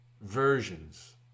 versions